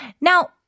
Now